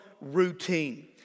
routine